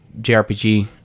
JRPG